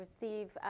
receive